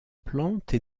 plantes